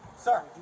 Sir